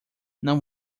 não